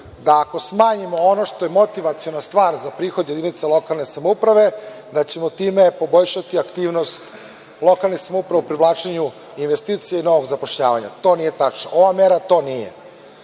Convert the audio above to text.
da ako smanjimo ono što je motivaciona stvar za prihod jedinici lokalne samouprave, da ćemo time poboljšati aktivnost lokalne samouprave u privlačenju investicije i novog zapošljavanja. To nije tačno. Ova mera to nije,